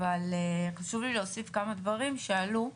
אבל חשוב לי להוסיף כמה דברים שעלו,